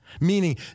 meaning